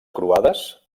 croades